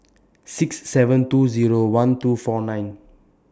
six seven two Zero one two four nine